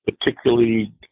particularly –